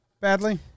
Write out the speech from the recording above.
badly